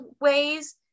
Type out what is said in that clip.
ways